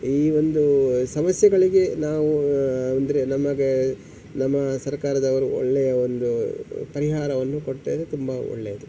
ಈ ಒಂದು ಸಮಸ್ಯೆಗಳಿಗೆ ನಾವು ಅಂದರೆ ನಮಗೆ ನಮ್ಮ ಸರ್ಕಾರವರು ಒಳ್ಳೆಯ ಒಂದು ಪರಿಹಾರವನ್ನು ಕೊಟ್ಟರೆ ತುಂಬ ಒಳ್ಳೆಯದು